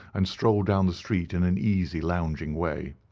and strolled down the street in an easy, lounging way.